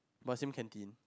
but same canteen